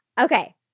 Okay